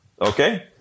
Okay